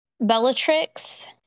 Bellatrix